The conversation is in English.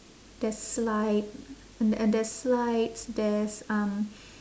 there's slide and and there's slides there's um